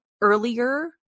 earlier